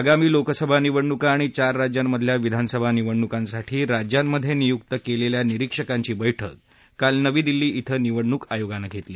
आगामी लोकसभा निवडणूका आणि चार राज्यांमधल्या विधानसभा निवडणूकांसाठी राज्यांमधे नियुक्त केलेल्या निरीक्षकांची बैठक काल नवी दिल्ली क्रें निवडणूक आयोगांन घेतली